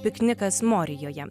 piknikas morijoje